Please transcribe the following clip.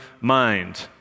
mind